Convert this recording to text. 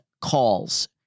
calls